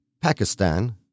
Pakistan